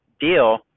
deal